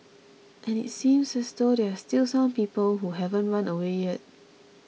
and it seems as though there are still some people who haven't run away yet